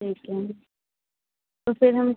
ठीक है तो फिर हम